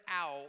out